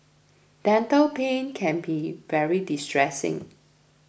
dental pain can be very distressing